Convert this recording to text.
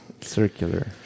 Circular